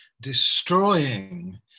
destroying